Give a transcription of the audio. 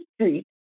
street